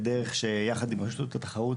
יחד עם רשות התחרות